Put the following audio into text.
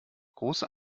große